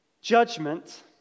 judgment